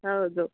ಹೌದು